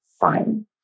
fine